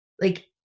Like-